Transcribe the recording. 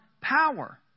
power